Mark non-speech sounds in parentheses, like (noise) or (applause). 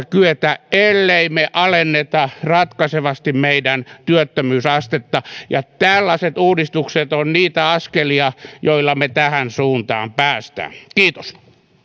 (unintelligible) kyetä rahoittamaan ellemme alenna ratkaisevasti meidän työttömyysastettamme ja tällaiset uudistukset ovat niitä askelia joilla me tähän suuntaan pääsemme kiitos